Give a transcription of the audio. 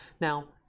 Now